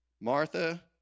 Martha